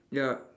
ya